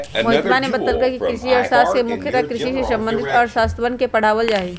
मोहितवा ने बतल कई कि कृषि अर्थशास्त्र में मुख्यतः कृषि से संबंधित अर्थशास्त्रवन के पढ़ावल जाहई